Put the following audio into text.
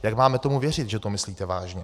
Jak máme tomu věřit, že to myslíte vážně?